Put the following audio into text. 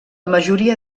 majoria